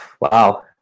wow